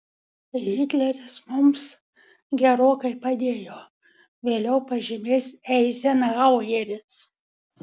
hitleris mums gerokai padėjo vėliau pažymės eizenhaueris